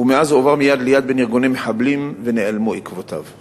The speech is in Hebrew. ומאז הועבר מיד ליד בין ארגוני מחבלים ועקבותיו נעלמו.